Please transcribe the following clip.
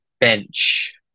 bench